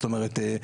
זאת אומרת,